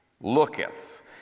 looketh